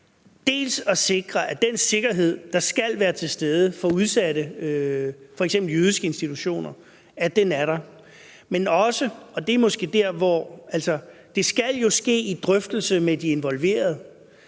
både at sikre, at den sikkerhed, der skal være til stede for udsatte f.eks. jødiske institutioner, er der, men også, at der skal ske en drøftelse med de involverede,